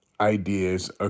ideas